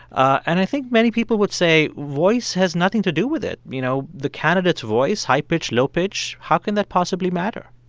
and i think many people would say voice has nothing to do with it. you know, the candidate's voice high-pitched, low-pitched how can that possibly matter?